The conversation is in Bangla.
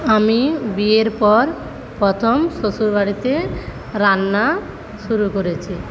আমি বিয়ের পর প্রথম শ্বশুরবাড়িতে রান্না শুরু করেছি